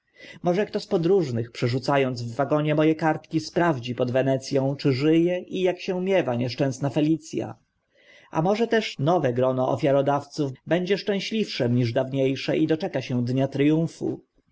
może kto z podróżnych przerzuca ąc w wagonie mo e kartki sprawdzi pod wenec ą czy ży e i ak się miewa nieszczęsna felic a a może też nowe grono ofiarodawców będzie szczęśliwszym niż dawnie sze i doczeka się dnia tryumfu